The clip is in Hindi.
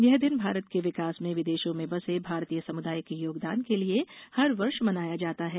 यह दिन भारत के विकास में विदेशों में बसे भारतीय समुदाय के योगदान के लिए हर वर्ष मनाया जाता है